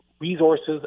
resources